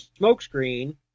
smokescreen